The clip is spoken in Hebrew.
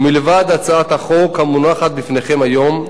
מלבד הצעת החוק המונחת בפניכם היום,